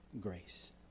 grace